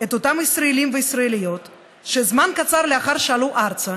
את אותם ישראלים וישראליות שזמן קצר לאחר שעלו ארצה